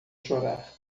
chorar